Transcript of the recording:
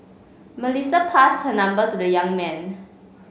Melissa passed her number to the young man